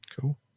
Cool